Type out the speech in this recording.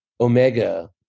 Omega